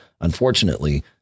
unfortunately